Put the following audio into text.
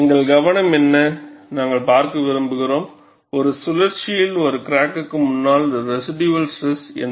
எங்கள் கவனம் என்ன நாம் பார்க்க விரும்புகிறோம் ஒரு சுழற்சியில் ஒரு கிராக்குக்கு முன்னால் ரெஸிடியூவல் ஸ்ட்ரெஸ் என்ன